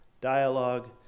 dialogue